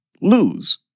lose